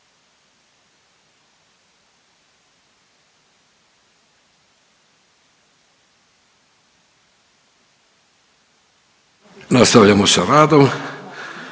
Nastavljamo sa radom.